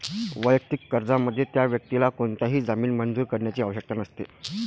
वैयक्तिक कर्जामध्ये, त्या व्यक्तीला कोणताही जामीन मंजूर करण्याची आवश्यकता नसते